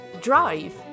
Drive